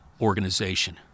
organization